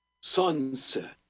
Sunset